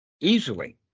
Easily